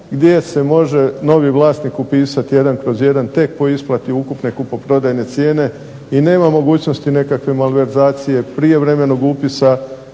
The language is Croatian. gdje se može novi vlasnik upisati 1/1 tek po isplati ukupne kupoprodajne cijene i nema mogućnosti nekakve malverzacije prijevremenog upisa